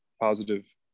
positive